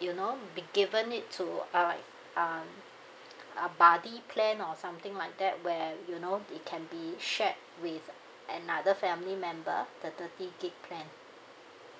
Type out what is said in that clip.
you know be given it to uh um a buddy plan or something like that where you know it can be shared with another family member the thirty gig plan